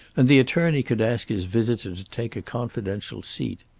and the attorney could ask his visitor to take a confidential seat.